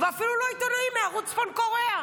ואפילו לא עיתונאים מערוץ צפון קוריאה,